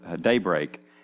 daybreak